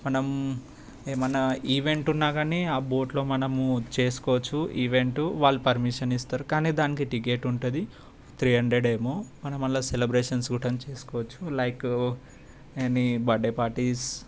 మనం ఏమన్నా ఈవెంట్ ఉన్నా కానీ ఆ బోట్లో మనము చేసుకోవచ్చు ఈవెంట్ వాళ్ళు పర్మిషన్ ఇస్తారు కానీ దానికి టికెట్ ఉంటుంది త్రీ హండ్రెడ్ ఏమో మనం అలా సెలబ్రేషన్స్ కూడంగా చేసుకోవచ్చు లైక్ ఎనీ బడ్డే పార్టీస్